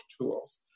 tools